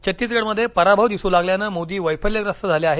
छत्तीसगडमध्ये पराभव दिसू लागल्याने मोदी वैफल्यग्रस्त झाले आहेत